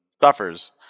suffers